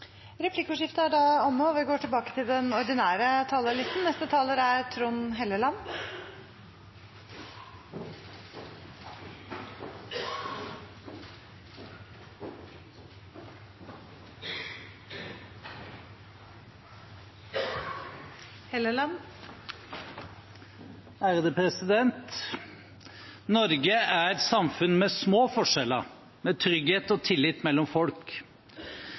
Replikkordskiftet er dermed omme. Norge er et samfunn med små forskjeller, med trygghet og tillit mellom folk.